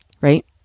right